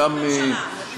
אתם הייתם בממשלה.